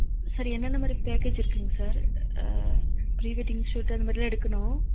sir என்னென்ன மாதிரி package இருக்குதுங்க சார் ப்ரீ வெட்டிங் ஷூட் அந்த மாதிரிலாம் எடுக்கணும்